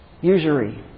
Usury